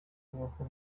kubaho